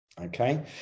Okay